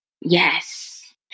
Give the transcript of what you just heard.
Yes